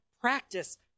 practice